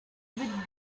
with